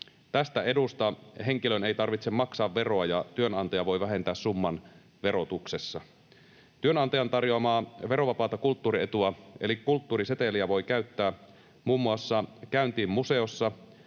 Tästä edusta henkilön ei tarvitse maksaa veroa, ja työnantaja voi vähentää summan verotuksessa. Työnantajan tarjoamaa verovapaata kulttuurietua eli kulttuuriseteliä voi käyttää muun muassa käyntiin museossa,